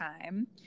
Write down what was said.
time